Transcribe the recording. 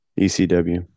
ECW